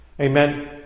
Amen